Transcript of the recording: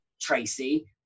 Tracy